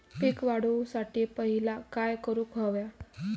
पीक वाढवुसाठी पहिला काय करूक हव्या?